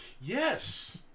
Yes